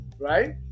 right